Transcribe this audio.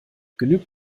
genügt